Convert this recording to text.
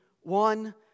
one